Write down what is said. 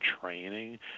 training